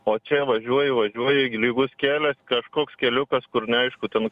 o čia važiuoji važiuoji lygus kelias kažkoks keliukas kur neaišku ten